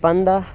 پَنٛداہ